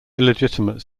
illegitimate